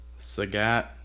Sagat